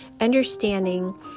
understanding